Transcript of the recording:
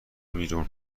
بیرون